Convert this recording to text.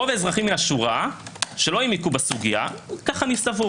רוב האזרחים מהשורה שלא העמיקו בסוגיה - כך אני סבור